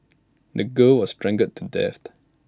the girl was strangled to death